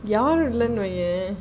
யாரும்இல்லனுவயேன்:yarume illanu vayen